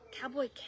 Cowboy